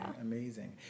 Amazing